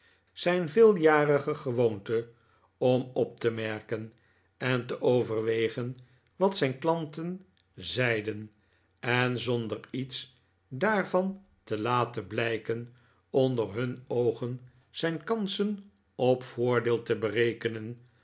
zijn veeljarige gewoonte om op te merken en te overwegen wat zijn klanten zeiden en zonder iets daarvan te laten blijken onder hun oogen zijn kansen op voordeel te berekenen